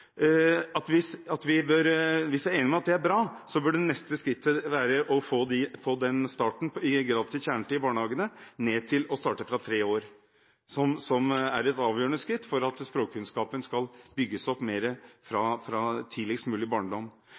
menneskene. Hvis vi er enige om det er bra med gratis kjernetid i barnehagen for at barna skal vokse opp sammen, lære norsk tidlig og dermed få forutsetninger for å lykkes i skolen, bør det neste skrittet være å starte med gratis kjernetid i barnehagene helt fra tre års alder. Dette er et avgjørende skritt for at språkkunnskapen skal bygges opp fra tidligst mulig barndom.